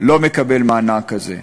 לא מקבל מענק כזה.